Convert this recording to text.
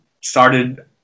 started